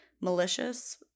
malicious